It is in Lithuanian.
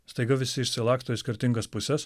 staiga visi išsilaksto į skirtingas puses